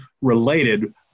related